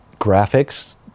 graphics